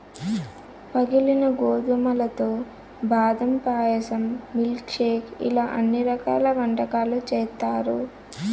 పగిలిన గోధుమలతో బాదం పాయసం, మిల్క్ షేక్ ఇలా అన్ని రకాల వంటకాలు చేత్తారు